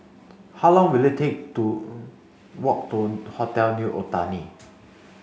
how long will it take to walk to Hotel New Otani